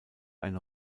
eine